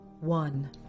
One